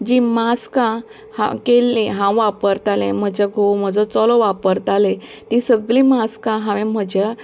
जीं मास्कां हां केल्लीं हांव वापरतालें म्हजो घोव म्हजो चलो वापरताले तीं सगलीं मास्कां हांवेन म्हज्या